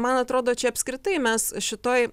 man atrodo čia apskritai mes šitoj